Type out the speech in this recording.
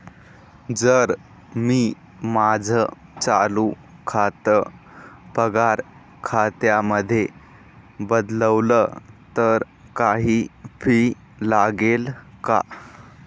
जर मी माझं चालू खातं पगार खात्यामध्ये बदलवल, तर काही फी लागेल का?